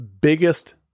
biggest